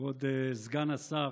כבוד סגן השר,